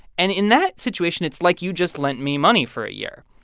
and in that situation, it's like you just lent me money for a year.